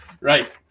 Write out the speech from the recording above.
Right